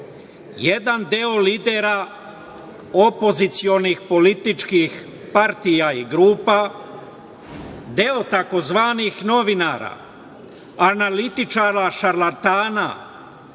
jedan deo lidera opozicionih političkih partija i grupa, deo tzv. novinara, analitičara, šarlatana,